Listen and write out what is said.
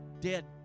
dead